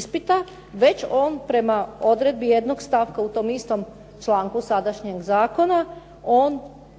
ispita, već on prema odredbi jednog stavka u tom istom članku sadašnjeg zakona on